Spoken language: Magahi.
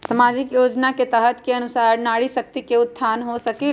सामाजिक योजना के तहत के अनुशार नारी शकति का उत्थान हो सकील?